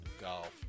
golf